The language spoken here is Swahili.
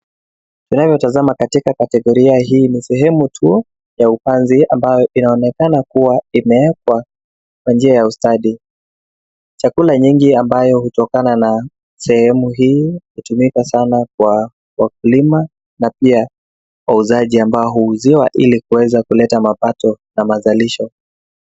Tunayo tazama katika kategoria hii ni sehemu tu ya upanzi ambayo inaonekana kuwa imewekwa kwa njia ya ustadi. Chakula nyingi ambayo hutokana na sehemu hii, hutumika sana kwa wakulima na pia wauzaji ambao huuziwa ili kuweza kuleta mapato na mazalisho.